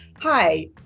Hi